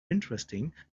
interesting